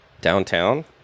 downtown